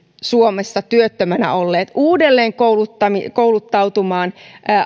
suomessa työttömänä olleet uudelleen kouluttautumaan